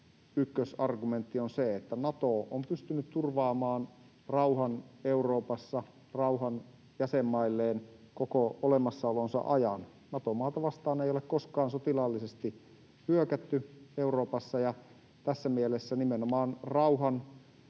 ykkösargumentti on tietysti se, että Nato on pystynyt turvaamaan rauhan Euroopassa, rauhan jäsenmailleen, koko olemassaolonsa ajan. Nato-maata vastaan ei ole koskaan sotilaallisesti hyökätty Euroopassa, ja tässä mielessä nimenomaan rauhan